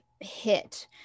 hit